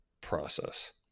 process